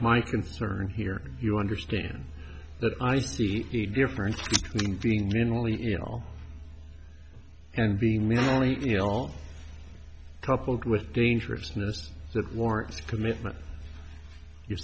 my concern here you understand that i see the difference between being mentally ill and being mentally ill coupled with dangerousness that warrants commitment you